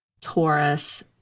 Taurus